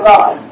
God